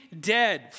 dead